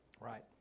right